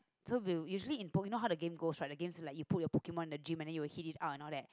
so will usually in Pokemon how the games go right the game is like you put your Pokemon the gym and then you will hitch it up and all that